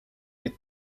est